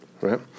right